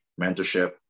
mentorship